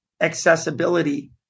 accessibility